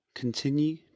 Continue